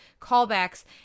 Callbacks